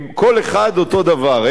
כל אחד אותו דבר,